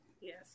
Yes